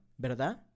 verdad